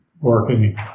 working